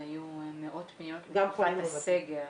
היו מאות פניות בתקופת הסגר,